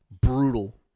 brutal